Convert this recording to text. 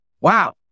Wow